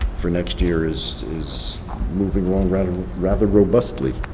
for next year is is moving along rather rather robustly.